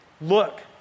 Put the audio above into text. look